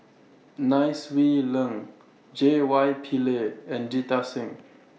Nai Swee Leng J Y Pillay and Jita Singh